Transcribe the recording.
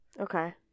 Okay